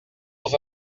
els